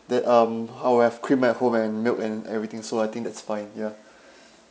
that um ho~ I have cream at home and milk and everything so I think that's fine ya